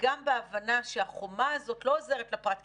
וגם בהבנה שהחומה הזאת לא עוזרת לפרט כי